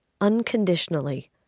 unconditionally